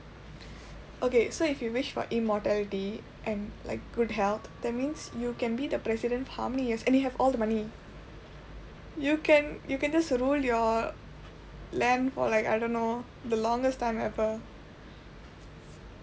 okay so if you wish for immortality and like good health that means you can be the president how many years and have all the money you can you can just rule your land for like I don't know the longest time ever